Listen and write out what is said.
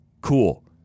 cool